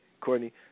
Courtney